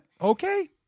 Okay